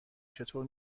چطور